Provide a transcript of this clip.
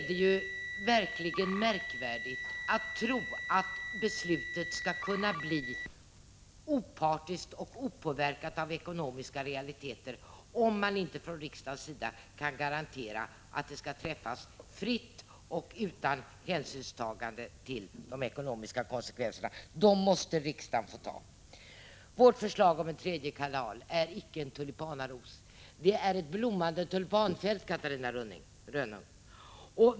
Det är verkligen märkvärdigt att tro att beslutet skulle kunna bli opartiskt och opåverkat av ekonomiska realiteter, om man inte från riksdagens sida kan garantera att beslutet kan träffas fritt och utan hänsynstagande till de ekonomiska konsekvenserna. Dem måste riksdagen få ta. Vårt förslag om en tredje kanal är icke en tulipanaros, det är ett blommande tulpanfält, Catarina Rönnung.